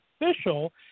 official